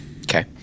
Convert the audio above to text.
Okay